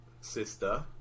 sister